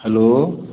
hello